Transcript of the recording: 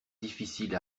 difficile